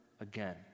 again